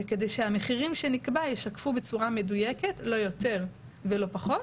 וכדי שהמחירים שנקבע ישקפו בצורה מדויקת - לא יותר ולא פחות